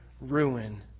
ruin